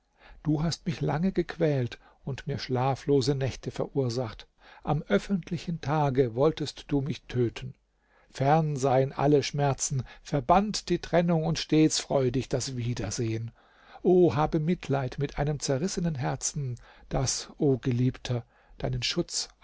du hast mich lange gequält und mir schlaflose nächte verursacht am öffentlichen tage wolltest du mich töten fern seien alle schmerzen verbannt die trennung und stets freudig das wiedersehen o habe mitleid mit einem zerrissenen herzen das o geliebter deinen schutz